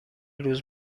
روز